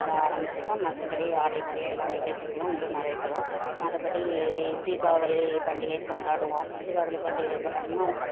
அதை ஆரம்மிச்சா தான் மற்றபடி ஆடல் பாடல் எல்லாம் நிகழ்ச்சிகளும் வந்து நடைபெரும் மற்றபடி தீபாவளி பண்டிகை கொண்டாடுவோம் தீபாவளி பண்டிகை கொண்டாடுனுன்னா